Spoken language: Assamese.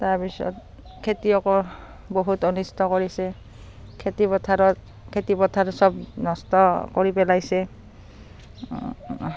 তাৰপিছত খেতিয়কৰ বহুত অনিষ্ট কৰিছে খেতিপথাৰত খেতিপথাৰ চব নষ্ট কৰি পেলাইছে